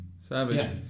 Savage